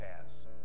pass